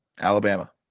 Alabama